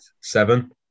Seven